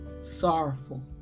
sorrowful